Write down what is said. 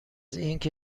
اینکه